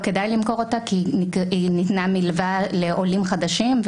כדאי למכור אותה כי היא ניתנה כמלווה לעולים חדשים,